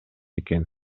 экен